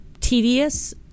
tedious